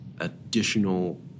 additional